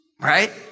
right